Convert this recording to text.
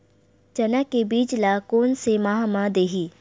चना के बीज ल कोन से माह म दीही?